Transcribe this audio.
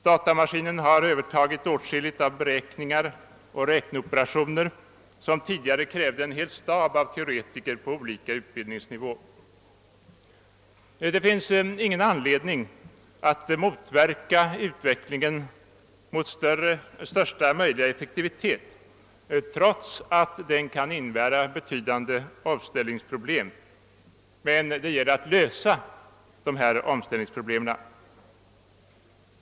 Datamaskinen har övertagit åtskilligt av beräkningar och räkneoperationer som tidigare krävde en hel stab av teoretiker på olika utbildningsnivåer. Det finns ingen anledning att motverka utvecklingen mot största möjliga effektivitet trots att den kan innebära betydande omställningsproblem, men det gäller att lösa omställningsproblemen.